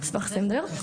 אשמח לסיים לדבר.